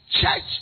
church